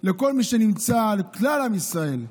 לכל מי שנמצא, לכלל עם ישראל,